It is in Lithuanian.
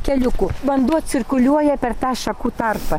keliuku vanduo cirkuliuoja per tą šakų tarpą